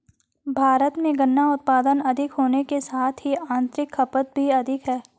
भारत में गन्ना उत्पादन अधिक होने के साथ ही आतंरिक खपत भी अधिक है